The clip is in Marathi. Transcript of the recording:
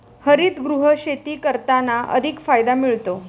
हरितगृह शेती करताना अधिक फायदा मिळतो